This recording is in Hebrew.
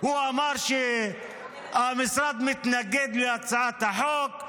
הוא אמר שהמשרד מתנגד להצעת החוק,